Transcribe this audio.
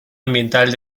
ambiental